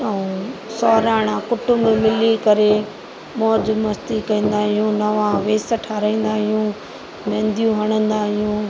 ऐं सहुराणा कुटुंब मिली करे मौज मस्ती कंदा आहियूं नवा वेस ठाहिराईंदा आहियूं मेहंदियूं हणंदा आहियूं